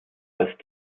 als